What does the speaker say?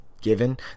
given